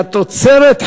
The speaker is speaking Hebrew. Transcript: שהתוצרת,